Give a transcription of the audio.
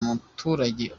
muturage